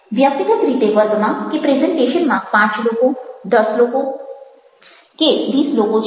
વ્યક્તિગત રીતે વર્ગમાં કે પ્રેઝન્ટેશનમાં પાંચ લોકો દસ લોકો લોકો કે વીસ લોકો છે